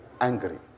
angry